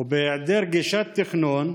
ובהיעדר גישת תכנון,